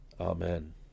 amen